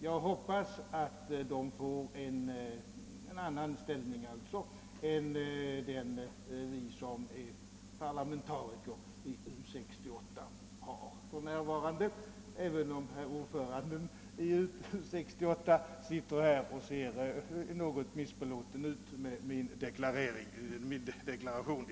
Jag hoppas att de får en annan ställning än den som vi parlamentariker i U 68 har för närvarande, även om jag ser att herr ordföranden i utredningen 1968 ser något missbelåten ut med denna min deklaration.